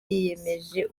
yiyemeje